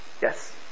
yes